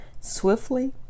swiftly